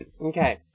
Okay